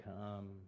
come